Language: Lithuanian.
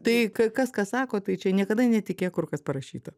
tai kas ką sako tai čia niekada netikėk kur kas parašyta